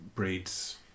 breeds